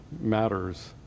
matters